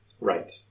Right